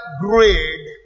grade